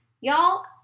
Y'all